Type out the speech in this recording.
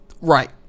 right